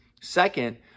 Second